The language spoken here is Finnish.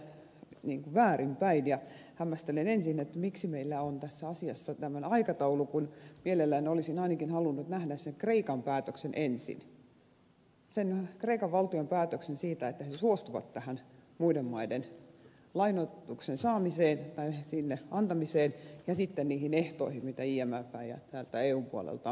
jos aloitan ikään kuin väärinpäin ja hämmästelen ensin miksi meillä on tässä asiassa tämmöinen aikataulu kun mielelläni olisin ainakin halunnut nähdä sen kreikan päätöksen ensin sen kreikan valtion päätöksen siitä että he suostuvat tähän muiden maiden lainoitukseen sen saamiseen ja sitten niihin ehtoihin mitä imfn ja täältä eun puolelta on sinne tulossa